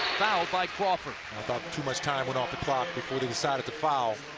fouled by crawford. i thought too much time went off the clock before they decided to foul.